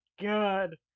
good